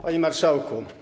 Panie Marszałku!